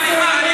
אחמד,